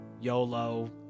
YOLO